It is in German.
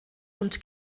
und